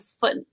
foot